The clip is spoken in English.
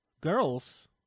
Girls